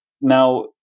now